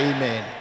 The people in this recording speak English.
Amen